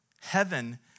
Heaven